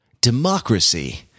Democracy